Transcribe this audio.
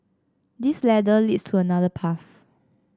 this ladder leads to another path